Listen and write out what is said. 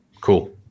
cool